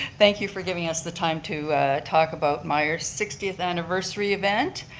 thank you for giving us the time to talk about myer's sixtieth anniversary event.